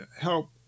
help